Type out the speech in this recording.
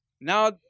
Now